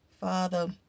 Father